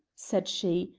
said she,